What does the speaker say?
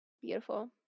Beautiful